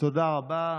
תודה רבה.